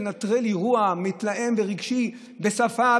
לנטרל אירוע מתלהם ורגשי בשפה,